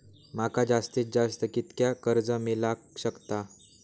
माका जास्तीत जास्त कितक्या कर्ज मेलाक शकता?